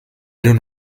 den